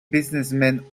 businessmen